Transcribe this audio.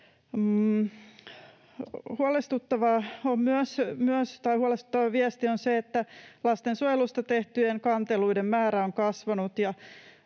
Huolestuttava viesti on se, että lastensuojelusta tehtyjen kanteluiden määrä on kasvanut